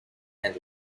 and